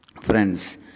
Friends